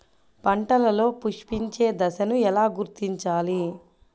పంటలలో పుష్పించే దశను ఎలా గుర్తించాలి?